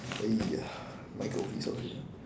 !hey! my are here